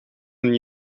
een